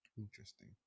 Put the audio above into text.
Interesting